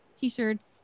T-shirts